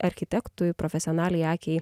architektui profesionaliai akiai